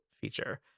feature